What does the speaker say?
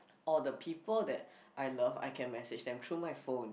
or the people that I love I can message them through my phone